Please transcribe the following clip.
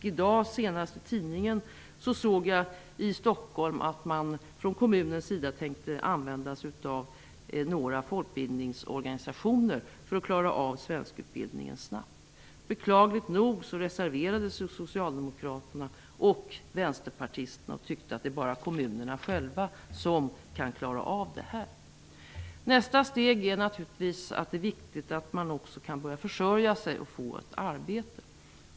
Senast i dag i tidningen såg jag att Stockholms kommun tänker använda sig av några folkbildningsorganisationer för att klara av svenskutbildningen snabbt. Beklagligt nog reserverade sig socialdemokraterna och vänsterpartisterna och tyckte att det bara är kommunerna själva som kan klara av detta. Nästa viktiga steg är naturligtvis att man kan börja försörja sig och få ett arbete.